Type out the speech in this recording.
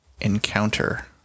encounter